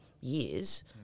years